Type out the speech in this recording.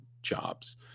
jobs